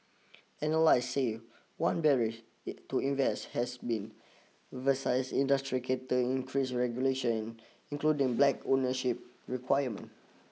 analysts say one barrier to invest has been revised industry character increase regulation including black ownership requirement